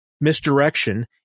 misdirection